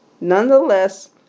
nonetheless